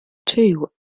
two